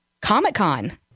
comic-con